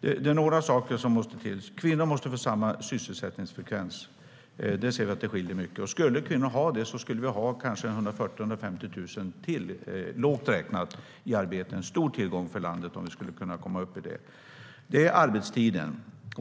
Det är några saker som måste göras. Kvinnor måste få samma sysselsättningsfrekvens. Där ser vi att det skiljer mycket. Skulle kvinnor ha det skulle vi lågt räknat ha 140 000-150 000 till i arbete. Det vore en stor tillgång för landet om vi kom upp i det. Det handlar om arbetstiden.